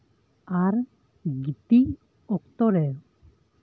ᱟᱨ ᱜᱤᱛᱤᱡ ᱚᱠᱛᱚ ᱨᱮ